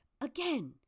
again